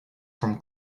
from